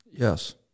Yes